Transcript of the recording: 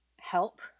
help